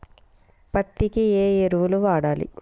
పత్తి కి ఏ ఎరువులు వాడాలి?